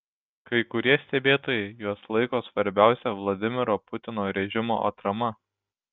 kai kurie stebėtojai juos laiko svarbiausia vladimiro putino režimo atrama